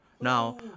Now